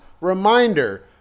reminder